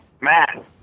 Matt